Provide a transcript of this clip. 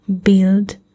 build